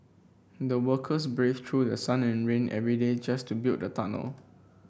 the workers braved through sun and rain every day just to build the tunnel